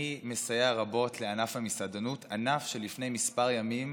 אני מסייע רבות לענף המסעדנות, ענף שלפני כמה ימים